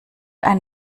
ein